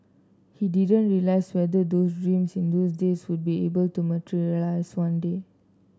he didn't realize whether those dreams in those days would be able to materialized one day